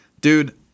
dude